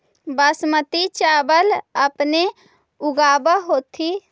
बासमती चाबल अपने ऊगाब होथिं?